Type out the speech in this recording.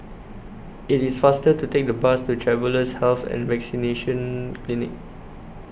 IT IS faster to Take The Bus to Travellers' Health and Vaccination Clinic